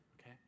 okay